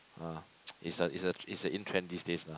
uh is a is a is a in trend these days lah